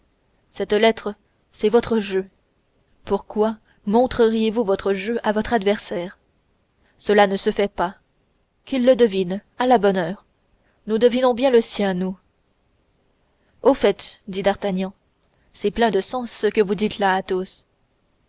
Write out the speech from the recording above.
cette lettre c'est votre jeu pourquoi montreriez vous votre jeu à votre adversaire cela ne se fait pas qu'il le devine à la bonne heure nous devinons bien le sien nous au fait dit d'artagnan c'est plein de sens ce que vous dites là athos